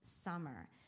summer